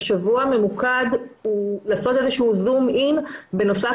השבוע הממוקד הוא לעשות איזה שהוא זום-אין בנוסף